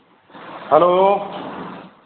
hello